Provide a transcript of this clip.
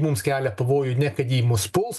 mums kelia pavojų ne kad ji mus puls